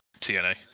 TNA